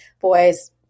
boys